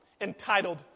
entitled